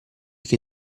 che